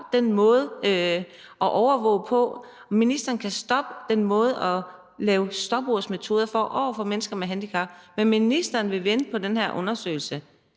den måde at overvåge på, ministeren kan stoppe den måde at bruge stopursmetoder på over for mennesker med handicap, men ministeren vil vente på den her undersøgelse.